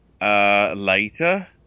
Later